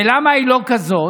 ולמה היא לא כזאת?